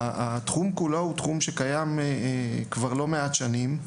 התחום כולו הוא תחום שקיים כבר לא מעט שנים,